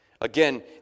Again